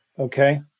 Okay